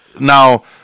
Now